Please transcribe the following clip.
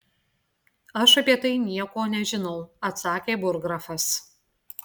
aš apie tai nieko nežinau atsakė burggrafas